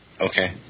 okay